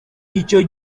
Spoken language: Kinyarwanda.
icyo